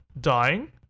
dying